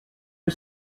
you